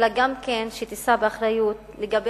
אלא שאתה גם כן תישא באחריות לתוצאות.